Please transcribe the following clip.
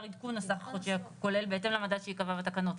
עדכון הסך החודשי הכולל בהתאם למדד שייקבע בתקנות.